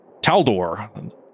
Taldor